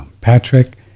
Patrick